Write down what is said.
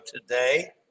today